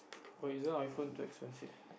but isn't iPhone too expensive